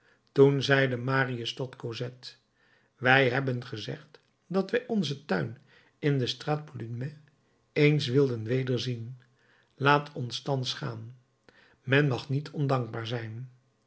toen zeide marius tot cosette wij hebben gezegd dat wij onzen tuin in de straat plumet eens wilden wederzien laat ons thans gaan men mag niet ondankbaar zijn